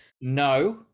No